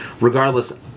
Regardless